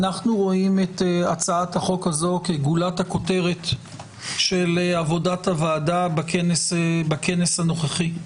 אנו רואים את הצעת החוק הזו כגולת הכותרת של עבודת הוועדה בכנס הנוכחי.